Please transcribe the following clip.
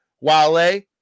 Wale